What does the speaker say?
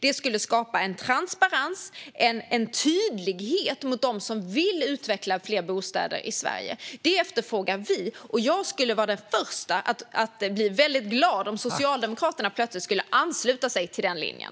Det skulle skapa en transparens och en tydlighet gentemot dem som vill utveckla fler bostäder i Sverige. Detta efterfrågar vi, och jag skulle vara den första att bli väldigt glad om Socialdemokraterna plötsligt skulle ansluta sig till den linjen.